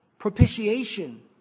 Propitiation